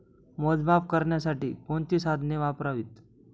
मोजमाप करण्यासाठी कोणती साधने वापरावीत?